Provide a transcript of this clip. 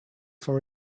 for